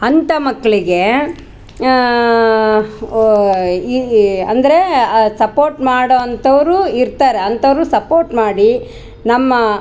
ಅಂಥ ಮಕ್ಳಿಗೆ ಒ ಇ ಅಂದರೆ ಸಪೋರ್ಟ್ ಮಾಡುವಂಥವ್ರು ಇರ್ತಾರೆ ಅಂಥವ್ರು ಸಪೋರ್ಟ್ ಮಾಡಿ ನಮ್ಮ